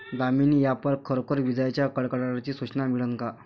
Damini app वर खरोखर विजाइच्या कडकडाटाची सूचना मिळन का?